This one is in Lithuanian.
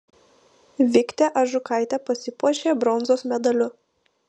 viktė ažukaitė pasipuošė bronzos medaliu